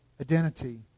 identity